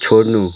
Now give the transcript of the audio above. छोड्नु